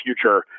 future